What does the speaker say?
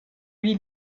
lui